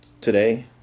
today